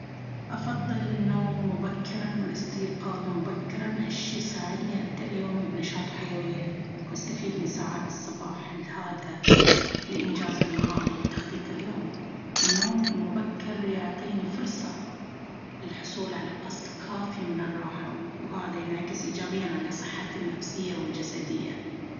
أفضل النوم مبكرًا والاستيقاظ مبكرًا. هالشيء يساعدني أبدأ يومي بنشاط وحيوية، وأستفيد من ساعات الصباح الهادئة لإنجاز المهام والتخطيط لليوم. النوم المبكر يعطيني فرصة للحصول على قسط كافي من الراحة، وهذا ينعكس إيجابيًا على صحتي النفسية والجسدية.